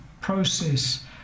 process